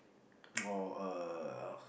or a